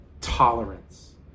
tolerance